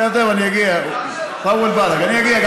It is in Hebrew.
תכף אני אגיע גם לדת.